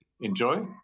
enjoy